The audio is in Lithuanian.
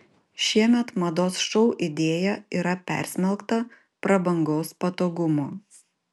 šiemet mados šou idėja yra persmelkta prabangaus patogumo